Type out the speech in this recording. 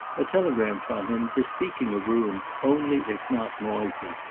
a telegram from him bespeaking a room only if not noisy,